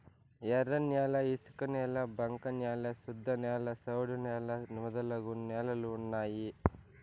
ఎర్రన్యాల ఇసుకనేల బంక న్యాల శుద్ధనేల సౌడు నేల మొదలగు నేలలు ఉన్నాయి